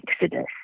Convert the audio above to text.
exodus